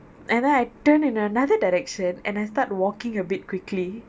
and then I turned in another direction and I start walking a bit quickly